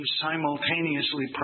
simultaneously